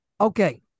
Okay